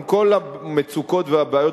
עם כל המצוקות והבעיות,